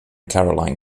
caroline